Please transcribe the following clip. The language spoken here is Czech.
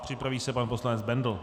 Připraví se pan poslanec Bendl.